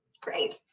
great